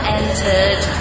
entered